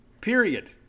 Period